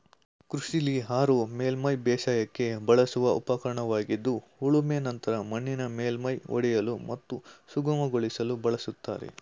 ಕೃಷಿಲಿ ಹಾರೋ ಮೇಲ್ಮೈ ಬೇಸಾಯಕ್ಕೆ ಬಳಸುವ ಉಪಕರಣವಾಗಿದ್ದು ಉಳುಮೆ ನಂತರ ಮಣ್ಣಿನ ಮೇಲ್ಮೈ ಒಡೆಯಲು ಮತ್ತು ಸುಗಮಗೊಳಿಸಲು ಬಳಸ್ತಾರೆ